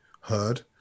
heard